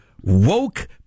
woke